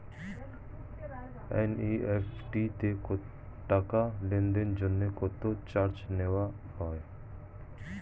NEFT তে টাকা লেনদেনের জন্য কত চার্জ নেয়া হয়?